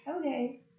Okay